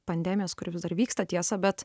pandemijos kuri vis dar vyksta tiesa bet